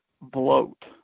bloat